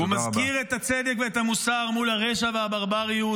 והוא מזכיר את הצדק ואת המוסר מול הרשע והברבריות.